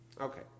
okay